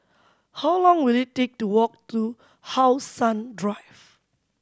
how long will it take to walk to How Sun Drive